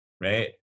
right